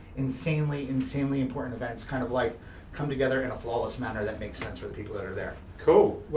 insanely, insanely important events kind of like come together in a flawless manner that makes sense for the people that are there. cool,